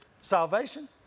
salvation